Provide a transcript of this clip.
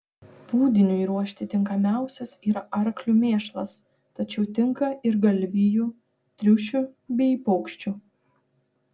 pūdiniui ruošti tinkamiausias yra arklių mėšlas tačiau tinka ir galvijų triušių bei paukščių